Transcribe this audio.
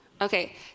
Okay